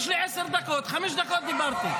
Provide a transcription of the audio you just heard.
יש לי עשר דקות, חמש דקות דיברתי.